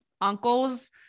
uncles